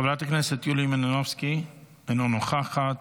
חברת הכנסת יוליה מלינובסקי, אינה נוכחת,